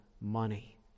money